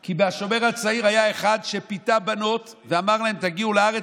כי בשומר הצעיר היה אחד שפיתה בנות ואמר להן: תגיעו לארץ,